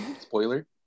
spoiler